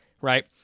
right